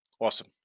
Awesome